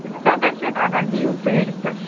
سَداہ شَتھ اگر دِیِو پیٹہِ تہٕ